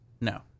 no